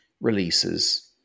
releases